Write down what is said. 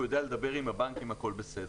הוא יודע לדבר עם הבנקים הכול בסדר.